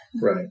Right